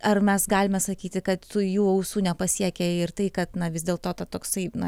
ar mes galime sakyti kad tų jų ausų nepasiekia ir tai kad na vis dėl ta toksai na